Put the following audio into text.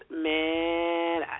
man